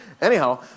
Anyhow